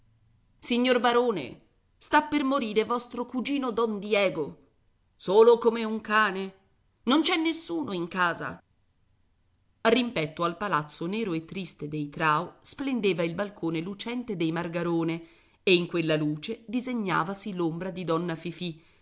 signor barone sta per morire vostro cugino don diego solo come un cane non c'è nessuno in casa rimpetto al palazzo nero e triste dei trao splendeva il balcone lucente dei margarone e in quella luce disegnavasi l'ombra di donna fifì